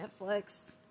Netflix